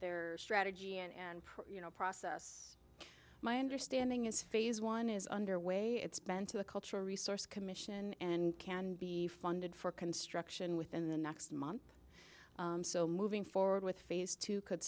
their strategy and you know process my understanding is phase one is underway it's been to the cultural resource commission and can be funded for construction within the next month or so moving forward with phase two could